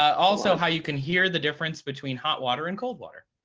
also how you can hear the difference between hot water and cold water.